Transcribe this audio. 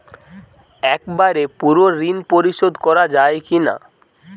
একবারে পুরো ঋণ পরিশোধ করা যায় কি না?